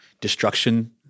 destruction